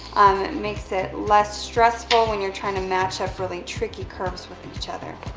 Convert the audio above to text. makes it less stressful when you're trying to match up really tricky curves with each other.